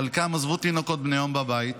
חלקם עזבו תינוקות בני יום בבית,